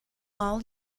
all